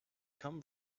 come